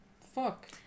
Fuck